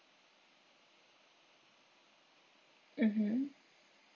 mmhmm